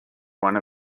one